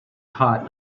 hot